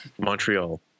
Montreal